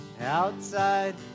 outside